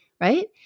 right